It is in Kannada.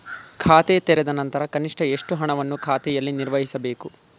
ಖಾತೆ ತೆರೆದ ನಂತರ ಕನಿಷ್ಠ ಎಷ್ಟು ಹಣವನ್ನು ಖಾತೆಯಲ್ಲಿ ನಿರ್ವಹಿಸಬೇಕು?